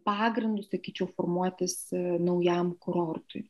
pagrindu sakyčiau formuotis naujam kurortui